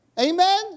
Amen